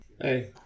hey